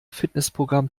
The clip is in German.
fitnessprogramm